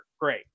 Great